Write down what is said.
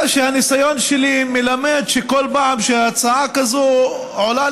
אלא שהניסיון שלי מלמד שכל פעם שהצעה כזאת עולה